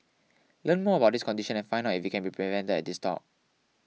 learn more about this condition and find out if it can be prevented at this talk